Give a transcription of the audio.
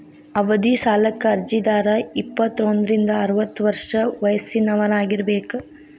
ಅವಧಿ ಸಾಲಕ್ಕ ಅರ್ಜಿದಾರ ಇಪ್ಪತ್ತೋಂದ್ರಿಂದ ಅರವತ್ತ ವರ್ಷ ವಯಸ್ಸಿನವರಾಗಿರಬೇಕ